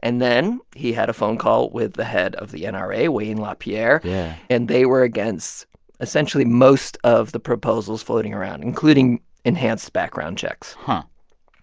and then he had a phone call with the head of the and nra wayne lapierre yeah and they were against essentially most of the proposals floating around, including enhanced background checks. but